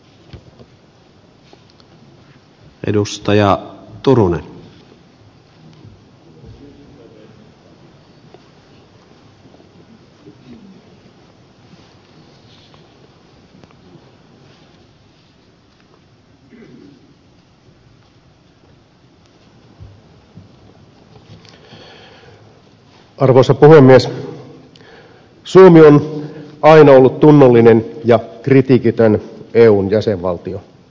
suomi on aina ollut tunnollinen ja kritiikitön eun jäsenvaltio